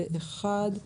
הצבעה אושרה.